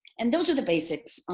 and those are the basics,